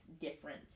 different